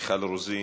מיכל רוזין,